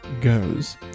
goes